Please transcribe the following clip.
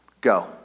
Go